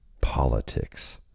Politics